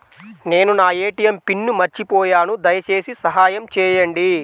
నేను నా ATM PIN మర్చిపోయాను దయచేసి సహాయం చేయండి